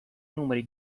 numeri